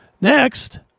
Next